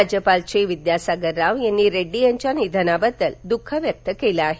राज्यपाल चे विद्यासागर राव यांनी रेड्डी यांच्या निधनाबद्दल दुःख व्यक्त केलं आहे